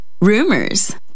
rumors